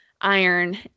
iron